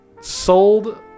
sold